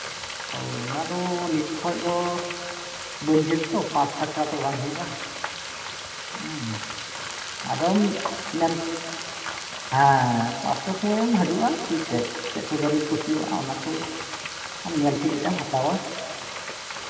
ᱚᱻ ᱚᱱᱟ ᱫᱚ ᱱᱤᱛ ᱠᱷᱚᱱ ᱫᱚ ᱵᱟᱹᱧ ᱡᱷᱤᱡ ᱟᱛᱚ ᱯᱟᱸᱪ ᱴᱟ ᱪᱷᱟᱲᱟ ᱛᱚ ᱵᱟᱝ ᱦᱩᱭᱩᱜᱼᱟ ᱦᱮᱸ ᱟᱫᱚᱢ ᱢᱮᱱ ᱦᱮᱸ ᱯᱟᱸᱪ ᱴᱟ ᱥᱚᱢᱚᱭᱮᱢ ᱦᱤᱡᱩᱜᱼᱟ ᱪᱮᱫ ᱠᱚ ᱪᱮᱫ ᱠᱚ ᱫᱟᱨᱮᱢ ᱠᱩᱥᱤᱣᱟᱜᱼᱟ ᱚᱱᱟ ᱠᱚᱢ ᱟᱢ ᱧᱮᱞ ᱴᱷᱤᱠ ᱠᱟᱛᱮᱢ ᱦᱟᱛᱟᱣᱟ